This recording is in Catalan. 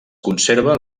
conserva